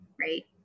right